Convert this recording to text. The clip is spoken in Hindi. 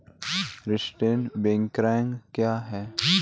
स्टॉक ब्रोकिंग क्या है?